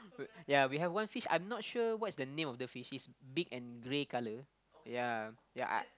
we ya we have one fish I'm not sure what's the name of the fish it's big and grey color ya ya I